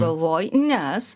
galvoj nes